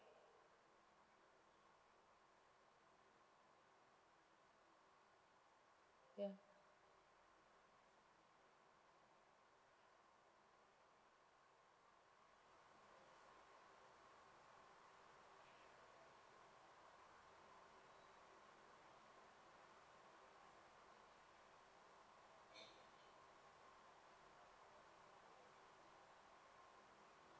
ya